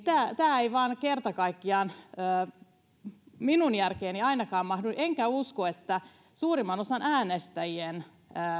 tämä ei vain kerta kaikkiaan ainakaan minun järkeeni mahdu enkä usko että suurimman osan äänestäjiä